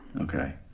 Okay